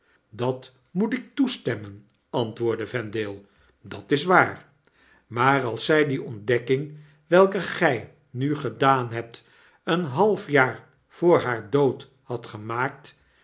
dat moet ik toestemmen antwoordde vendale dat is waar maar als zg die ontdekking welke gg nu gedaan hebt een half jaar voor haar dood had gemaakt